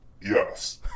Yes